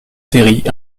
série